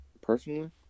Personally